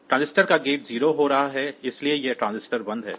transistor का gate 0 हो रहा है इसलिए यह ट्रांजिस्टर बंद है